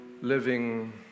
Living